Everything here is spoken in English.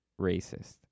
racist